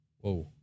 Whoa